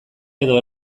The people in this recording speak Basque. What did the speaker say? edo